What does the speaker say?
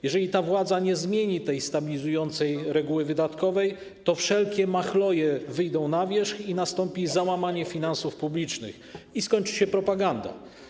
Jeżeli ta władza nie zmieni tej stabilizującej reguły wydatkowej, to wszelkie machloje wyjdą na wierzch, nastąpi załamanie finansów publicznych i skończy się propaganda.